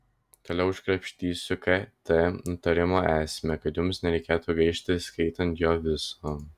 toliau iškrapštysiu kt nutarimo esmę kad jums nereikėtų gaišti skaitant jo viso